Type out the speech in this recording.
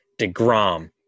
DeGrom